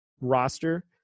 roster